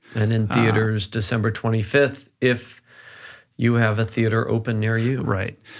and in theaters december twenty fifth if you have a theater open near you. right.